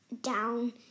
down